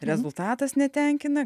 rezultatas netenkina